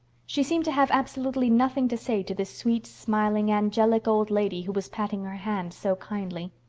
she seemed to have absolutely nothing to say to this sweet, smiling, angelic old lady who was patting her hand so kindly.